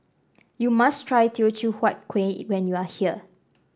you must try Teochew Huat Kuih when you are here